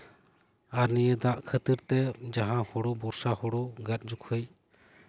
ᱟᱨ ᱱᱤᱭᱟᱹ ᱫᱟᱜᱽ ᱠᱷᱟᱹᱛᱤᱨ ᱛᱮ ᱡᱟᱦᱟᱸ ᱦᱩᱲᱩ ᱵᱚᱨᱥᱟ ᱦᱩᱲᱩ ᱜᱮᱫ ᱡᱚᱠᱷᱮᱡ